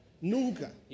nunca